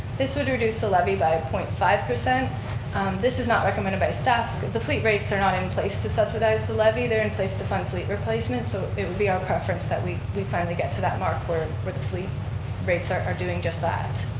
this would reduce the levy by point five. this is not recommended by staff. the fleet rates are not in place to subsidize the levy. they're in place to fund fleet replacement so it would be our preference that we we finally get to that mark where where the fleet rates are are doing just that.